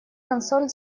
консоль